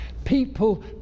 people